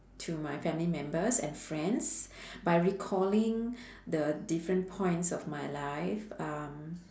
through my family members and friends by recalling the different points of my life um